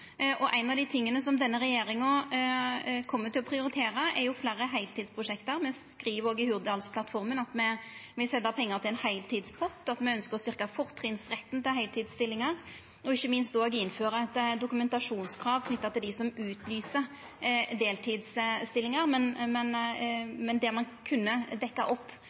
Ein av dei tinga som denne regjeringa kjem til å prioritera, er fleire heiltidsprosjekt. Me skriv òg i Hurdalsplattforma at me set av pengar til ein heiltidspott, at me ønskjer å styrkja fortrinnsretten til heiltidsstillingar, og ikkje minst òg innføra eit dokumentasjonskrav knytt til dei som utlyser deltidsstillingar, men der ein kunne dekkja opp